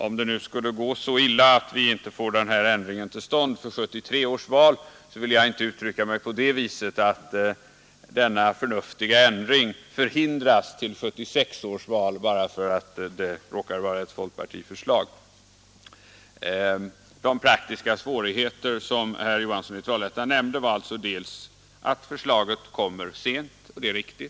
Om det nu skulle gå så illa att vi inte Onsdagen den får den här förnuftiga ändringen till stånd till 1973 års val, så vill jag 22 november 1972 alltså inte uttrycka mig så att den förhindras till 1976 års val bara därför ———— att det råkar vara ett folkpartiförslag. Förslag till De praktiska svårigheter som herr Johansson i Trollhättan nämnde var vallag, m.m. i första hand att förslaget kommer sent, och det är riktigt.